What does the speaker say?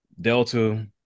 Delta